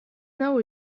know